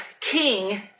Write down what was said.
king